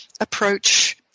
approach